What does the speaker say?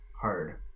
hard